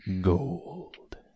gold